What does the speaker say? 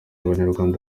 abanyarwanda